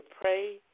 pray